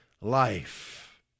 life